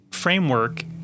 framework